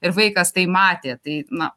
ir vaikas tai matė tai na